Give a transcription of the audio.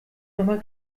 nochmal